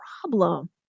problem